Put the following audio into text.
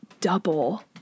double